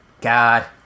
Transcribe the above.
God